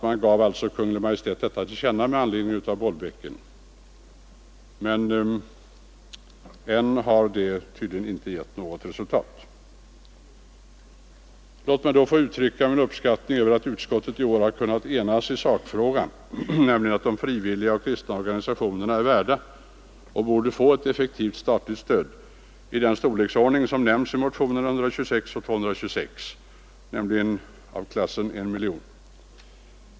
Man gav alltså Kungl. Maj:t detta till känna, men ännu har det tydligen inte givit något resultat. Låt mig då få uttrycka min uppskattning över att utskottet i år har kunnat enas i sakfrågan, nämligen att de frivilliga och kristna organisationerna är värda och borde få ett effektivt statligt stöd av den storleksordning som nämns i motionerna 126 och 226, nämligen 1 miljon kronor.